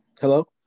Hello